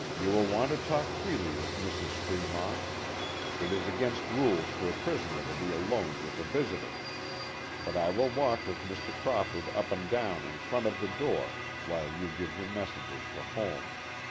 you will want to talk freely with mrs. fremont it is against rules for a prisoner to be alone with a visitor but i will walk with mr. crawford up and down in front of the door while you give your messages for home.